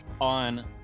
on